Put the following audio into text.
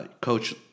Coach